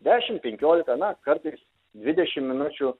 dešim penkliolika na kartais dvidešim minučių